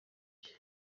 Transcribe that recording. cye